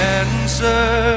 answer